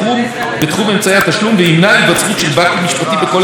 וימנע היווצרות של ואקום משפטי בכל הנוגע להגנות הצרכניות.